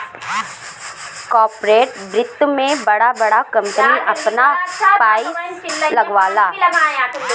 corporate वित्त मे बड़ा बड़ा कम्पनी आपन पइसा लगावला